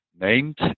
named